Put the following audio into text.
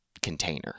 container